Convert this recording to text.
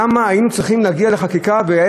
למה היינו צריכים להגיע לחקיקה כשהיה